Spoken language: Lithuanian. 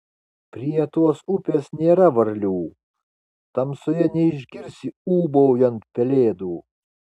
prie tos upės nėra varlių tamsoje neišgirsi ūbaujant pelėdų